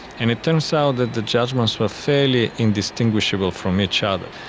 and it turns out that the judgements were fairly indistinguishable from each other.